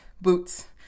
boots